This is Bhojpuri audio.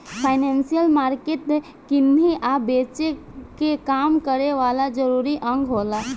फाइनेंसियल मार्केट किने आ बेचे के काम करे वाला जरूरी अंग होला